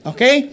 Okay